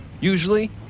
usually